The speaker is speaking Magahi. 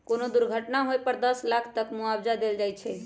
कोनो दुर्घटना होए पर दस लाख तक के मुआवजा देल जाई छई